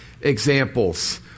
examples